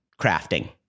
crafting